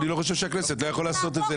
אני לא חושב שהכנסת לא יכולה לעשות את זה.